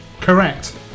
Correct